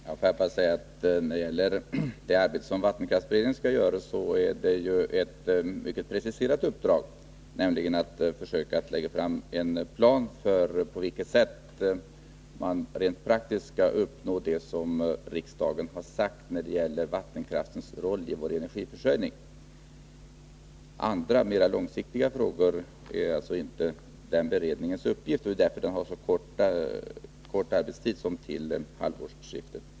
Herr talman! Det arbete som vattenkraftsberedningen skall göra är ett mycket preciserat uppdrag, nämligen att försöka lägga fram en plan för på vilket sätt man rent praktiskt skall uppnå det som riksdagen har sagt om vattenkraftens roll i vår energiförsörjning. Andra mera långsiktiga frågor är alltså inte beredningens uppgift, och det är därför den har så kort arbetstid som till halvårsskiftet.